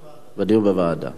ועדת העבודה, הרווחה והבריאות.